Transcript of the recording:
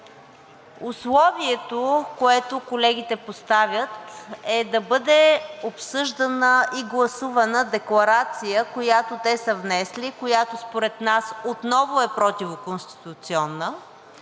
условието, което колегите поставят, е, да бъде обсъждана и гласувана декларация, която те са внесли, която според нас отново е противоконституционна,